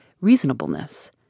reasonableness